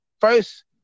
first